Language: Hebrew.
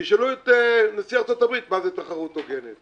תשאלו את נשיא ארצות הברית מה זאת תחרות הוגנת.